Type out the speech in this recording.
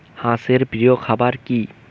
হাঁস এর প্রিয় খাবার কি?